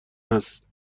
هست